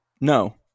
no